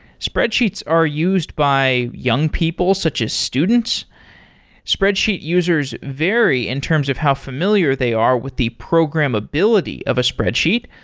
spreadsheets are used by young people such as students spreadsheet users vary in terms of how familiar they are with the programmability of a spreadsheet,